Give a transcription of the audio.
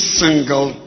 single